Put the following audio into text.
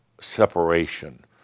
separation –